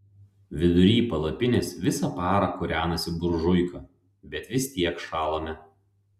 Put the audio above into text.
vidury palapinės visą parą kūrenasi buržuika bet vis tiek šąlame